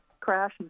crash